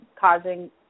causing